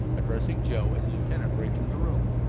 addressing joe as the lieutenant hurried from the room.